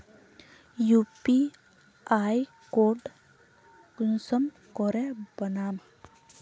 UPI code कुंसम करे बनाम?